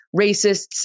racists